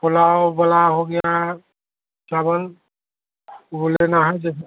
पुलाव वाला हो गया चावल वह लेना है जैसे